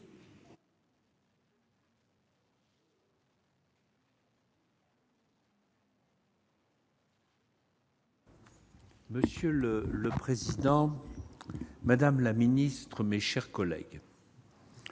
Monsieur le président, madame la ministre, mes chers collègues,